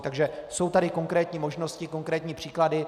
Takže jsou tady konkrétní možnosti, konkrétní příklady.